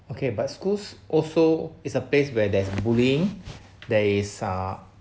okay but schools also is a place where there's bullying there is uh